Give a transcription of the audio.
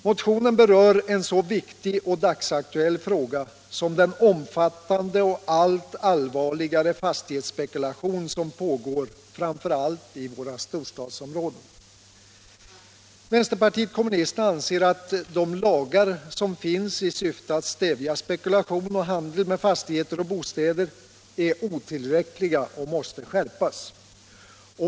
Motionen berör en så viktig och dagsaktuell fråga som den omfattande och allt allvarligare fastighetsspekulation som pågår, framför allt i våra storstadsområden. Vpk anser att de lagar som finns i syfte att stävja spekulation och handel med fastigheter och bostäder är otillräckliga och måste skärpas.